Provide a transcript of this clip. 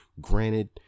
Granted